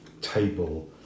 table